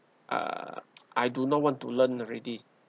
uh I do not want to learn already